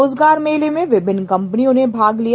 रोजगार मेले में विभिन्न कंपनियों ने भाग लिया